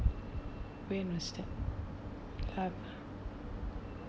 when was that laugh ah